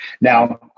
Now